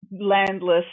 Landless